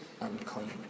unclean